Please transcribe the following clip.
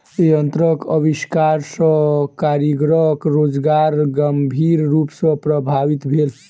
यंत्रक आविष्कार सॅ कारीगरक रोजगार गंभीर रूप सॅ प्रभावित भेल